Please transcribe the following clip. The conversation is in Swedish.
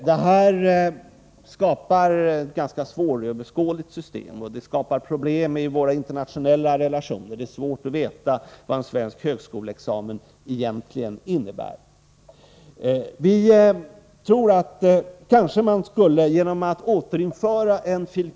Det här skapar ett ganska svåröverskådligt system liksom problem i våra internationella relationer. Det är svårt att veta vad en svensk högskoleexamen egentligen innebär. Nr 166 Vi tror att man kanske genom att återinföra en fil.